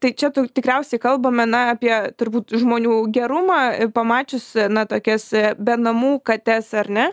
tai čia tu tikriausiai kalbame na apie turbūt žmonių gerumą pamačius na tokias be namų kates ar ne